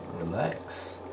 Relax